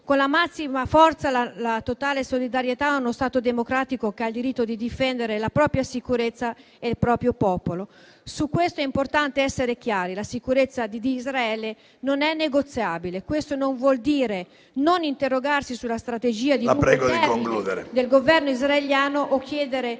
con la massima forza la totale solidarietà a uno Stato democratico che ha il diritto di difendere la propria sicurezza e il proprio popolo. Su questo è importante essere chiari: la sicurezza di Israele non è negoziabile. Questo non vuol dire non interrogarsi sulla strategia… PRESIDENTE. La prego di concludere.